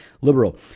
liberal